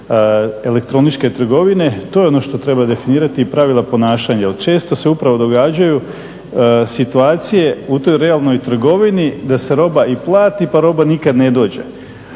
elektroničke trgovine, to je ono što treba definirati i pravila ponašanja. Jer često se upravo događaju situacije u toj realnoj trgovini da se roba i plati pa roba nikada ne dođe.